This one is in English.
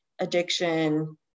addiction